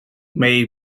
may